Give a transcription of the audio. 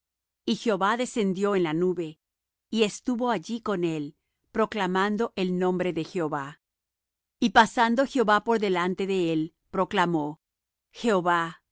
y jehová descendió en la nube y estuvo allí con él proclamando el nombre de jehová y pasando jehová por delante de él proclamó jehová